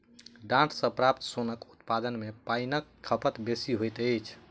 डांट सॅ प्राप्त सोनक उत्पादन मे पाइनक खपत बेसी होइत अछि